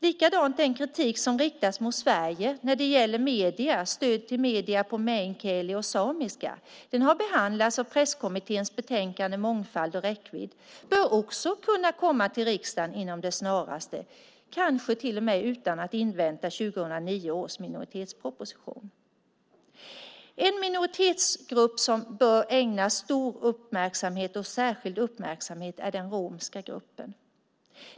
Likadant bör också den kritik som riktas mot Sverige när det gäller stöd till medier på meänkieli och samiska, som har behandlats i presskommitténs betänkande Mångfald och räckvidd , kunna komma till riksdagen inom det snaraste, kanske till och med utan att invänta 2009 års minoritetsproposition. En minoritetsgrupp som bör ägnas särskild uppmärksamhet är den romska gruppen.